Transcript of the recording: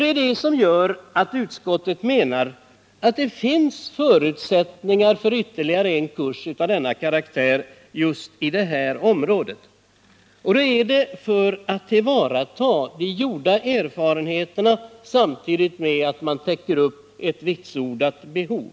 Det är detta som gör att utskottet menar, att det finns förutsättningar för ytterligare en kurs av samma karaktär inom detta område. Härigenom kan man tillvarata de gjorda erfarenheterna samtidigt som man täcker ett vitsordat behov.